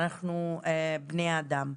אנחנו בני אדם.